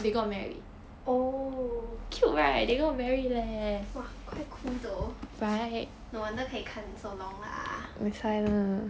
oh !wah! quite cool though no wonder 可以看 so long lah